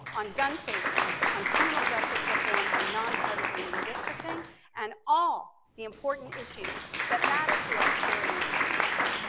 on gun safety, on criminal justice reform and nonpartisan redistricting and all the important issues that matter to us here in newport news.